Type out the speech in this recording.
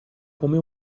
come